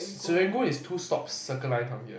Serangoon is two stops Circle Line from here